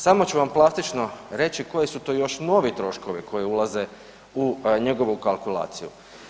Samo ću vam plastično reći koje su to još novi troškovi koji ulaze u njegovu kalkulaciju.